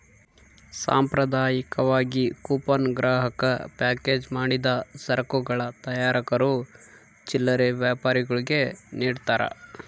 ಸಾಂಪ್ರದಾಯಿಕವಾಗಿ ಕೂಪನ್ ಗ್ರಾಹಕ ಪ್ಯಾಕೇಜ್ ಮಾಡಿದ ಸರಕುಗಳ ತಯಾರಕರು ಚಿಲ್ಲರೆ ವ್ಯಾಪಾರಿಗುಳ್ಗೆ ನಿಡ್ತಾರ